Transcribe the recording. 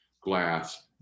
glass